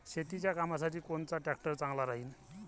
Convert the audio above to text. शेतीच्या कामासाठी कोनचा ट्रॅक्टर चांगला राहीन?